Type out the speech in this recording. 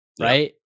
right